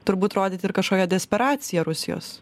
turbūt rodyti ir kažkokią desperaciją rusijos